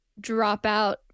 Dropout